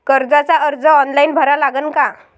कर्जाचा अर्ज ऑनलाईन भरा लागन का?